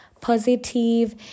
positive